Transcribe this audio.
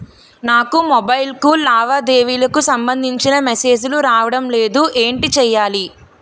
నాకు మొబైల్ కు లావాదేవీలకు సంబందించిన మేసేజిలు రావడం లేదు ఏంటి చేయాలి?